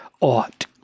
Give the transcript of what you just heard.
ought